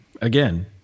again